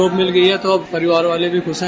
job मिल गई है तो परिवार वाले भी खुश है